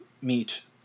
meet